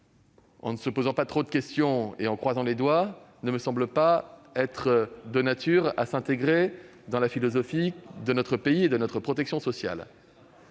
sans se poser trop de questions et en croisant les doigts ne me semble pas être un choix conforme à la philosophie de notre pays et de notre protection sociale.